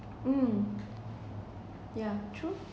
um yeah true